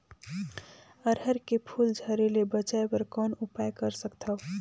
अरहर के फूल झरे ले बचाय बर कौन उपाय कर सकथव?